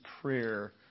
prayer